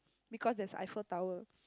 because there's Eiffel Tower